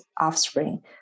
offspring